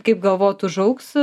kaip galvojat užaugs